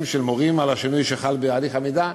של מורים על השינוי שחל בהליך הלמידה.